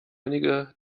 einige